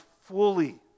fully